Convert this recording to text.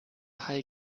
hai